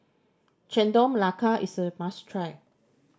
Chendol Melaka is a must try